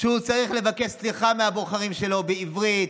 שהוא צריך לבקש סליחה מהבוחרים שלו בעברית,